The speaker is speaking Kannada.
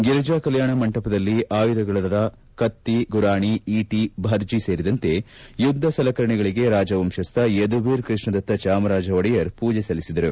ಗಿರಿಜಾ ಕಲ್ಲಾಣ ಮಂಟಪದಲ್ಲಿ ಆಯುಧಗಳಾದ ಕತ್ತಿ ಗುರಾಣಿ ಈಟಿ ಭರ್ಜ ಸೇರಿದಂತೆ ಯುದ್ದ ಸಲಕರಣೆಗಳಿಗೆ ರಾಜವಂಶಸ್ವ ಯದುವೀರ್ ಕೃಷ್ಣದತ್ತ ಚಾಮರಾಜ ಒಡೆಯರ್ ಪೂಜೆ ಸಲ್ಲಿಸಿದರು